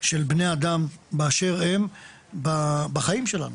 של בני האדם באשר הם בחיים שלנו,